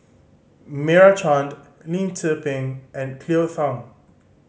Meira Chand Lim Tze Peng and Cleo Thang